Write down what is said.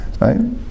Right